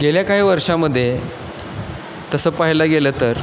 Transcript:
गेल्या काही वर्षामध्ये तसं पाहायला गेलं तर